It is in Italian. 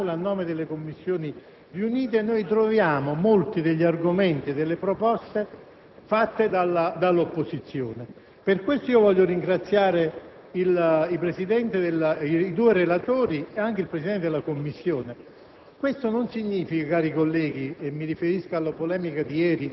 i contenuti degli emendamenti presentati in Aula a nome delle Commissioni riunite troviamo molti degli argomenti e delle proposte fatte dall'opposizione. Per questo voglio ringraziare i due relatori e anche il Presidente della Commissione.